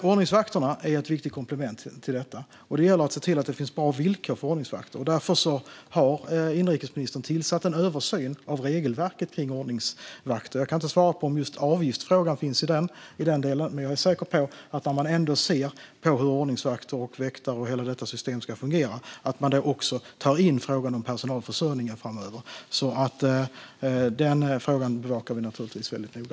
Ordningsvakterna är ett viktigt komplement till dem, och det gäller att se till att villkoren för ordningsvakterna är bra. Därför har inrikesministern tillsatt en översyn av regelverket för ordningsvakter. Jag kan inte svara på om just avgiftsfrågan finns med i den delen, men jag är säker på att man, när man ändå tittar på hur ordningsvakter, väktare och hela systemet ska fungera, också tar in frågan om personalförsörjningen framöver. Denna fråga bevakar vi naturligtvis väldigt noga.